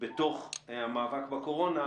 בתוך המאבק בקורונה,